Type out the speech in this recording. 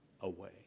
away